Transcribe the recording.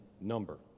number